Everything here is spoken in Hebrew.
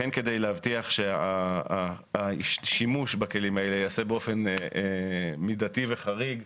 והן כדי להבטיח שהשימוש בכלים האלה ייעשה באופן מידתי וחריג,